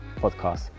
podcast